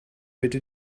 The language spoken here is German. bitte